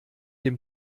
dem